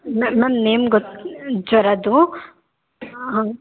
ನ ನನ್ನ ನೇಮ್ ಗೊತ್ತು ಜ್ವರದ್ದು ಹಾಂ